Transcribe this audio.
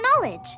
knowledge